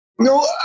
No